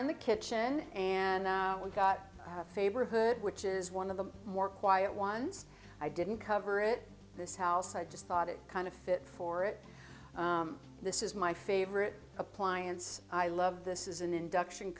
in the kitchen and we've got a favor hood which is one of the more quiet ones i didn't cover it this house i just thought it kind of fit for it this is my favorite appliance i love this is an induction